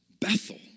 Bethel